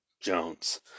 Jones